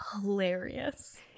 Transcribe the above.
hilarious